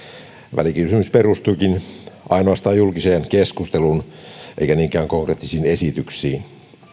välikysymys perustuukin ainoastaan julkiseen keskusteluun eikä niinkään konkreettisiin esityksiin